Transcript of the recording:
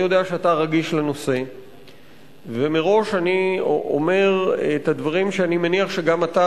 אני יודע שאתה רגיש לנושא ומראש אני אומר את הדברים שאני מניח שגם אתה,